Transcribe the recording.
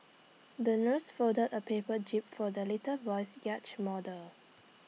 the nurse folded A paper jib for the little boy's yacht model